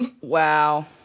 Wow